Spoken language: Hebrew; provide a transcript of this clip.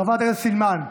חברת הכנסת סילמן.